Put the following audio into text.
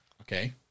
Okay